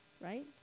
right